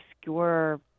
obscure